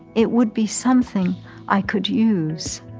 it would be something i could use.